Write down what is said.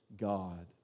God